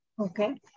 Okay